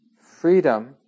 freedom